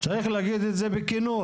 צריך להגיד את זה בכנות.